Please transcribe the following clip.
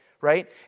right